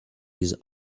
his